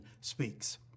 speaks